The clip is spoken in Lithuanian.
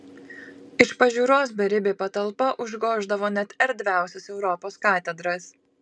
iš pažiūros beribė patalpa užgoždavo net erdviausias europos katedras